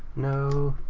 no